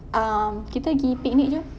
um kita pergi picnic jer